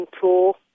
tool